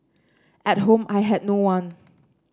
at home I had no one